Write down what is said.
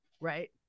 Right